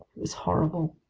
it was horrible.